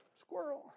Squirrel